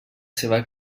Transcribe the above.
seva